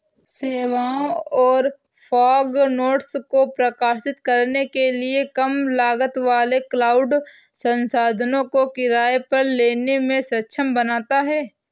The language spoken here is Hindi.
सेवाओं और फॉग नोड्स को प्रकाशित करने के लिए कम लागत वाले क्लाउड संसाधनों को किराए पर लेने में सक्षम बनाता है